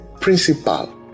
principal